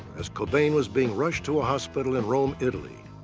as cobain was being rushed to a hospital in rome, italy.